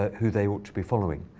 who they ought to be following.